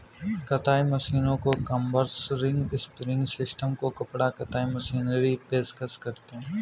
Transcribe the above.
कताई मशीनों को कॉम्बर्स, रिंग स्पिनिंग सिस्टम को कपड़ा कताई मशीनरी की पेशकश करते हैं